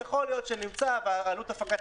יכול להיות שנמצא פתרון ועלות הפקת